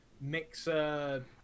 Mixer